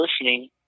listening